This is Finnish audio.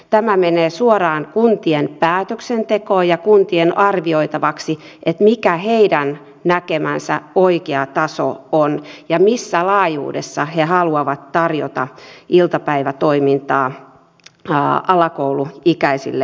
tämä menee suoraan kuntien päätöksentekoon ja kuntien arvioitavaksi mikä heidän näkemänsä oikea taso on ja missä laajuudessa he haluavat tarjota iltapäivätoimintaa alakouluikäisille lapsille